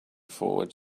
forward